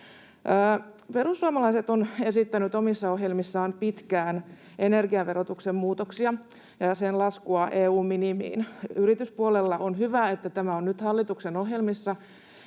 Perussuomalaiset on pitkään esittänyt omissa ohjelmissaan energiaverotuksen muutoksia, sen laskua EU-minimiin yrityspuolella. On hyvä, että tämä on nyt hallituksen ohjelmissa,